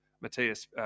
Matthias